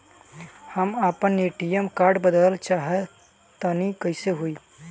हम आपन ATM card बदलल चाह तनि कइसे होई?